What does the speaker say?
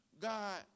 God